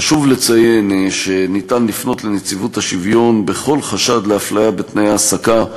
חשוב לציין שאפשר לפנות לנציבות השוויון בכל חשד לאפליה בתנאי ההעסקה,